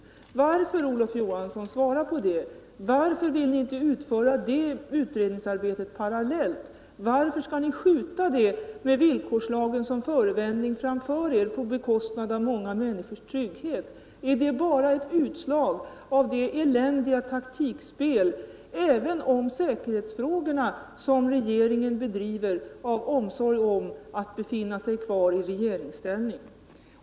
Varför Olof Johansson, vill ni inte utföra detta utredningsarbete parallellt? Varför skall ni skjuta det med villkorslagen som förevändning framför er på bekostnad av många människors trygghet? Är det bara ett utslag av det eländiga taktikspel, även om säkerhetsfrågorna, som regeringen bedriver av omsorg om att befinna sig kvar i regeringsställning?